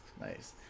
Nice